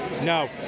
No